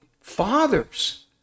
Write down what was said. fathers